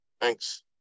Thanks